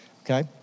okay